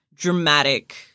dramatic